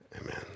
Amen